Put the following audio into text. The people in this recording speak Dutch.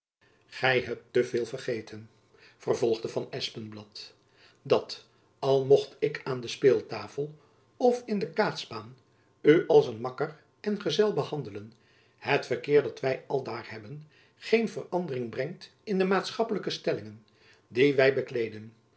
gy hebt te veel vergeten vervolgde van espenblad dat al mocht ik aan de speeltafel of in de kaatsbaan u als een makker en gezel behandelen het verkeer dat wy aldaar hebben geen verandering brengt in de maatschappelijke stellingen die wy bekleeden